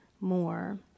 more